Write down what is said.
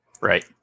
Right